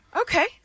okay